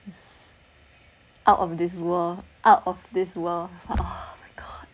out of this world out of this world uh oh my god